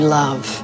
love